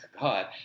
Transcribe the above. God